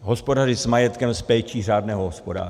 hospodařit s majetkem s péčí řádného hospodáře.